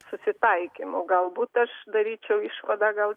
susitaikymų galbūt aš daryčiau išvadą gal